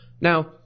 Now